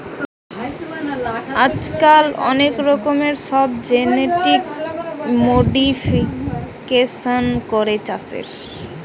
আজকাল অনেক রকমের সব জেনেটিক মোডিফিকেশান করে চাষের